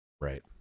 right